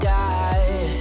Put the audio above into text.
die